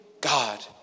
God